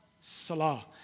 salah